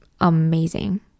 amazing